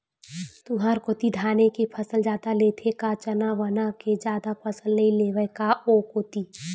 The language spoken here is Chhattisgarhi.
तुंहर कोती धाने के फसल जादा लेथे का चना वना के जादा फसल नइ लेवय का ओ कोती?